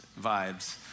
vibes